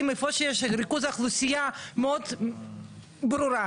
איפה שיש ריכוז אוכלוסייה מאוד ברורה,